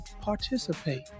participate